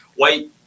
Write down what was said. White